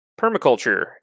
permaculture